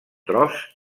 tros